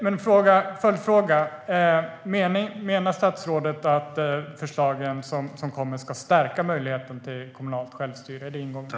Min följdfråga är: Menar statsrådet att de förslag som kommer ska stärka möjligheten till kommunalt självstyre? Är det ingången?